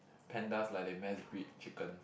pandas like they mass breed chicken